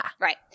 right